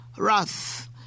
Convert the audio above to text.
Wrath